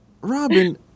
Robin